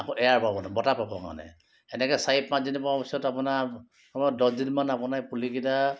আকৌ এয়াৰ পাবলৈ বতাহ পাবলৈ কাৰণে এনেকৈ চাৰি পাঁচদিনৰ পোৱা পিছত আপোনাৰ কমেও দহ দিনমান আপুনি পুলিকেইটা